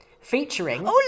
featuring